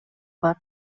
бар